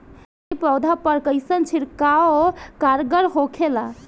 Nursery पौधा पर कइसन छिड़काव कारगर होखेला?